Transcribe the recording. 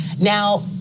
now